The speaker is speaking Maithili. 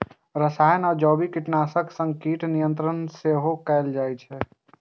रसायन आ जैविक कीटनाशक सं कीट नियंत्रण सेहो कैल जाइ छै